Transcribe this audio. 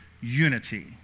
unity